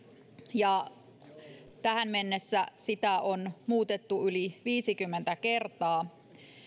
ja tähän mennessä sitä on muutettu yli viisikymmentä kertaa